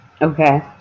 Okay